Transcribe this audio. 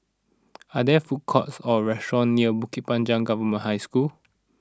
are there food courts or restaurants near Bukit Panjang Government High School